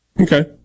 Okay